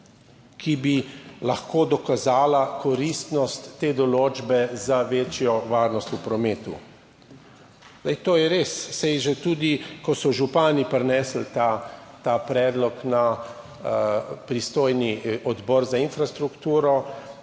ki bi lahko dokazala koristnost te določbe za večjo varnost v prometu. To je res, saj že tudi takrat, ko so župani prinesli ta predlog na pristojni odbor za infrastrukturo,